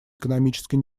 экономической